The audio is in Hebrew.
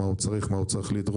מה הוא צריך לדרוש,